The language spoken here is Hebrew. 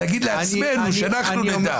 נגיד לעצמנו שאנחנו נדע.